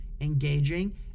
engaging